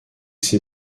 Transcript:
ses